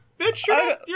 bitch